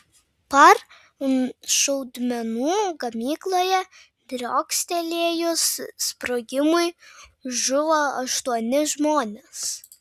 par šaudmenų gamykloje driokstelėjus sprogimui žuvo aštuoni žmonės